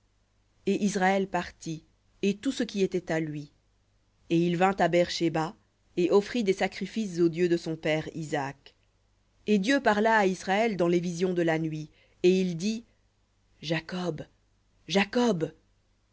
et israël partit et tout ce qui était à lui et il vint à beër shéba et offrit des sacrifices au dieu de son père isaac et dieu parla à israël dans les visions de la nuit et il dit jacob jacob